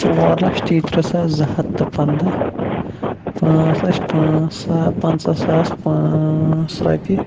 ژور لچھ تیٚیہِ ترٕہ ساس زٕ ہَتھ تہٕ پَنٛدَہہ پانٛژھ لچھ پانٛژھ سا پَنٛژَہ ساس پانٛژھ رۄپیہِ